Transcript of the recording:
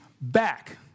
Back